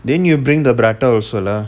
then you bring the prata also lah